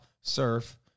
surf